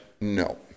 no